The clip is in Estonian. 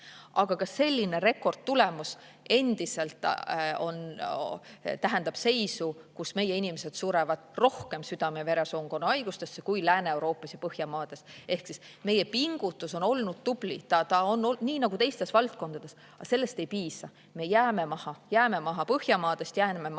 aga ka selline rekordtulemus endiselt tähendab seisu, kus meie inimesed surevad rohkem südame-veresoonkonna haigustesse kui Lääne-Euroopas ja Põhjamaades. Ehk meie pingutus on olnud tubli nii nagu teisteski valdkondades, aga sellest ei piisa, me jääme maha, jääme maha Põhjamaadest, jääme maha